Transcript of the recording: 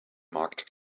marked